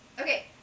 okay